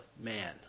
man